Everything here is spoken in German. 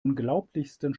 unglaublichsten